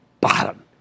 bottom